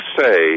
say